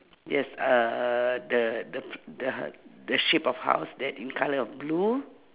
yes uhh the th~ the ho~ the shape of house that in colour of blue